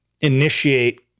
initiate